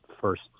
First